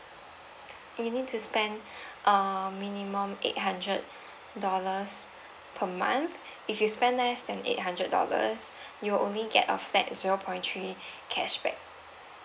you need to spend um minimum eight hundred dollars per month if you spend less than eight hundred dollars you will only get a flat zero point three cashback